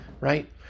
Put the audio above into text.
right